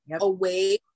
away